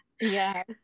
yes